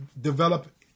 develop